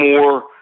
more